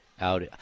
out